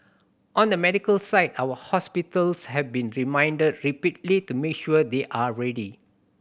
on the medical side our hospitals have been reminded repeatedly to make sure they are ready